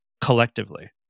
Collectively